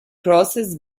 crosses